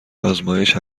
آزمایش